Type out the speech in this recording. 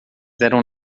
eram